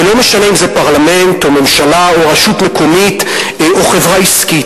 ולא משנה אם זה פרלמנט או ממשלה או רשות מקומית או חברה עסקית,